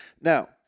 Now